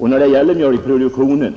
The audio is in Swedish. tjugotal reservationer.